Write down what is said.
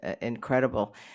incredible